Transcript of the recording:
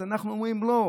אז אנחנו אומרים: לא,